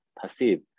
passive